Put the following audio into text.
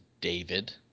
David